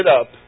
up